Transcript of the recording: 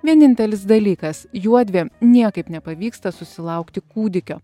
vienintelis dalykas juodvi niekaip nepavyksta susilaukti kūdikio